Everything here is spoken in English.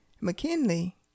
McKinley